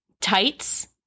tights